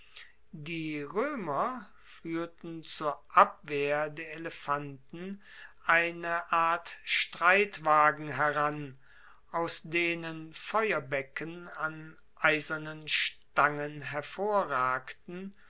die roemer fuehrten zur abwehr der elefanten eine art streitwagen heran aus denen feuerbecken an eisernen stangen hervorragten